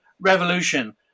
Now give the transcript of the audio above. revolution